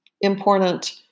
important